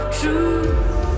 truth